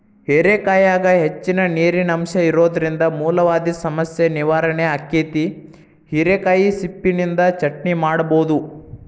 ಹೇರೆಕಾಯಾಗ ಹೆಚ್ಚಿನ ನೇರಿನಂಶ ಇರೋದ್ರಿಂದ ಮೂಲವ್ಯಾಧಿ ಸಮಸ್ಯೆ ನಿವಾರಣೆ ಆಕ್ಕೆತಿ, ಹಿರೇಕಾಯಿ ಸಿಪ್ಪಿನಿಂದ ಚಟ್ನಿ ಮಾಡಬೋದು